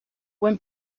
when